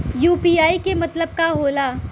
UPI के मतलब का होला?